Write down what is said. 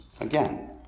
Again